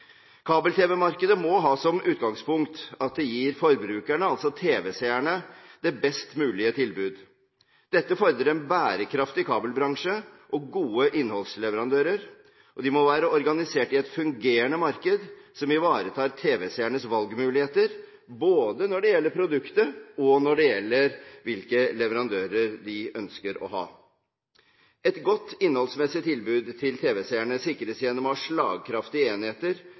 må ha som utgangspunkt at det gir forbrukerne – altså tv-seerne – det best mulige tilbud. Dette fordrer en bærekraftig kabelbransje og gode innholdsleverandører, og de må være organisert i et fungerende marked som ivaretar tv-seernes valgmuligheter både når det gjelder produktet, og når det gjelder hvilke leverandører de ønsker å ha. Et godt innholdsmessig tilbud til tv-seerne sikres gjennom å ha slagkraftige enheter